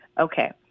Okay